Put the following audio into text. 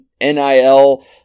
NIL